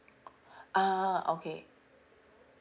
uh okay